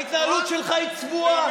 ההתנהלות שלך היא צבועה,